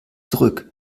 zurück